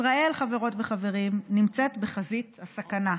ישראל, חברות וחברים, נמצאת בחזית הסכנה,